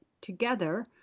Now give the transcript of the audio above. together